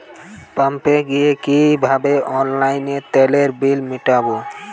পাম্পে গিয়ে কিভাবে অনলাইনে তেলের বিল মিটাব?